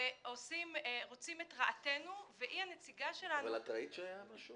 ורוצים את רעתנו והיא הנציגה שלנו --- אבל את ראית שהיה משהו?